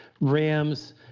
Rams